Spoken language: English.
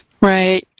Right